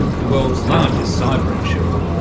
the world's largest cyber insurer.